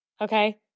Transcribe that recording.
Okay